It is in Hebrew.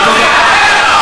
תודה.